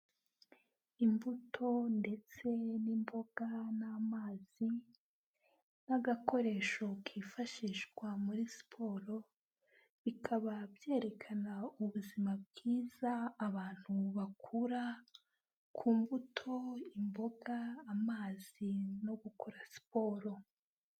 Imbuto ndetse n'imboga n'amazi, n'agakoresho kifashishwa muri siporo, bikaba byerekana ubuzima bwiza abantu bakura ku mbuto, imboga, amazi, no gukora siporo.